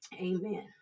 Amen